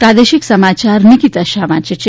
પ્રાદેશિક સમાયાર નિકિતા શાહ વાંચે છે